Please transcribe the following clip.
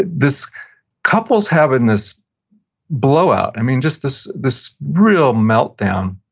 this couple's having this blowout. i mean, just this this real meltdown,